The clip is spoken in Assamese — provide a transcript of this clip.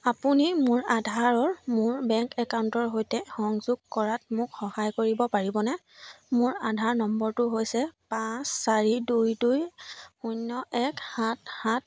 আপুনি মোৰ আধাৰক মোৰ বেংক একাউণ্টৰ সৈতে সংযোগ কৰাত মোক সহায় কৰিব পাৰিবনে মোৰ আধাৰ নম্বৰটো হৈছে পাঁচ চাৰি দুই দুই শূন্য এক সাত সাত